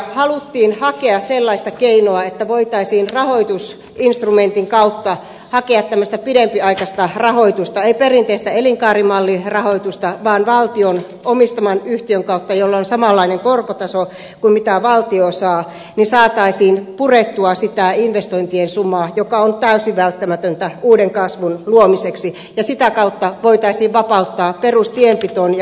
haluttiin hakea sellaista keinoa että voitaisiin rahoitusinstrumentin kautta hakea tämmöistä pidempiaikaista rahoitusta ei perinteistä elinkaarimallirahoitusta vaan valtion omistaman yhtiön kautta jolla on samanlainen korkotaso kuin mitä valtio saa saataisiin purettua sitä investointien sumaa mikä on täysin välttämätöntä uuden kasvun luomiseksi ja sitä kautta voitaisiin vapauttaa perustienpitoon ja perusradanpitoon rahoitusta